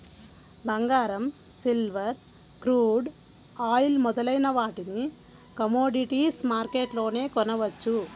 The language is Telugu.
బంగారం, సిల్వర్, క్రూడ్ ఆయిల్ మొదలైన వాటిని కమోడిటీస్ మార్కెట్లోనే కొనవచ్చు